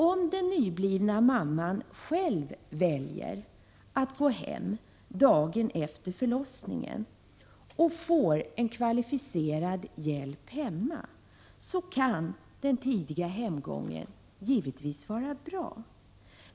Om den nyblivna mamman själv väljer att gå hem dagen efter förlossningen och får kvalificerad hjälp hemma, så kan den tidiga hemgången givetvis vara bra.